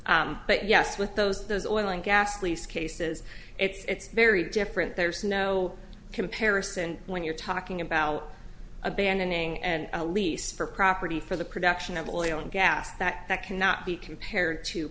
but yes with those those oil and gas lease cases it's very different there's no comparison when you're talking about abandoning and a lease for property for the production of oil and gas that that cannot be compared to